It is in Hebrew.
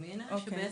אז אני אסביר,